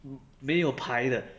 没有牌的